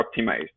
optimized